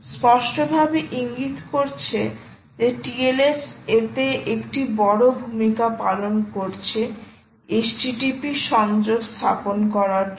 স্পষ্টভাবে ইঙ্গিত করছে যে TLS এতে একটি বড় ভূমিকা পালন করছে http সংযোগ স্থাপন করার জন্য